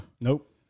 Nope